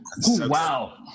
Wow